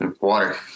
Water